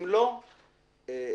זה